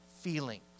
feelings